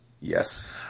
Yes